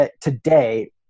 today